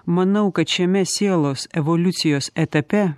manau kad šiame sielos evoliucijos etape